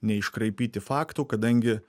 neiškraipyti faktų kadangi